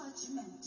judgment